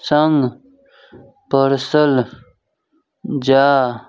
सङ्ग परसल जा